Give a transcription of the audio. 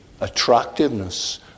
attractiveness